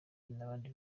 n’abandi